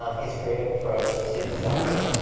um his creative approach to design,